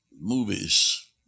movies